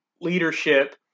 Leadership